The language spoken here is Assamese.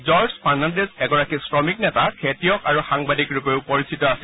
জৰ্জ ফাৰ্ণাণ্ডেজ এগৰাকী শ্ৰমিক নেতা খেতিয়ক আৰু সাংবাদিকৰূপেও পৰিচিত আছিল